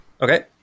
Okay